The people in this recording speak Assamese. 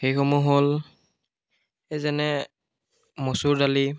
সেইসমূহ হ'ল এই যেনে মচুৰ দালি